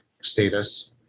status